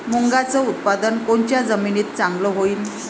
मुंगाचं उत्पादन कोनच्या जमीनीत चांगलं होईन?